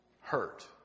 hurt